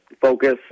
focus